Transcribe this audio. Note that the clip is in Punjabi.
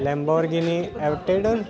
ਲੈਬੋਰਗਿਨੀ ਐਲਟਿਡ